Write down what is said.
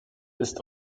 ist